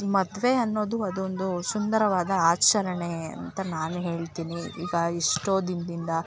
ಮದುವೆ ಅನ್ನೋದು ಅದೊಂದು ಸುಂದರವಾದ ಆಚರಣೆ ಅಂತ ನಾನು ಹೇಳ್ತಿನಿ ಈಗ ಎಷ್ಟೋ ದಿನದಿಂದ